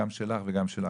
גם שלך וגם שלך,